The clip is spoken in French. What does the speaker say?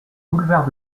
boulevard